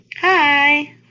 Hi